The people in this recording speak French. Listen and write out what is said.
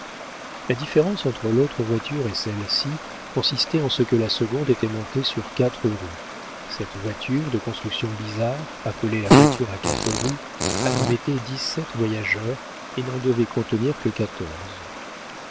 la différence entre l'autre voiture et celle-ci consistait en ce que la seconde était montée sur quatre roues cette voiture de construction bizarre appelée la voiture à quatre roues admettait dix-sept voyageurs et n'en devait contenir que quatorze